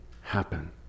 happen